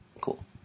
Cool